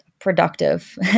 productive